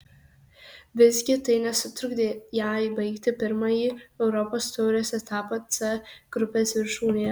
visgi tai nesutrukdė jai baigti pirmąjį europos taurės etapą c grupės viršūnėje